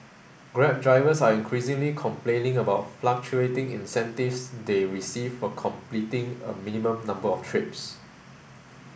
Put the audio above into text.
grab drivers are increasingly complaining about fluctuating incentives they receive for completing a minimum number of trips